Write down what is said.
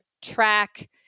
Track